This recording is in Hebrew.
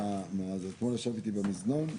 מי שמגיש את כל החומרים זה מגיש הבקשה.